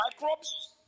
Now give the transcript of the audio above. microbes